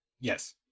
Yes